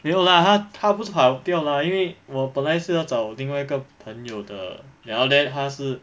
没有 lah 他他不是跑掉 lah 因为我本来是要找另外一个朋友的然后 then 他是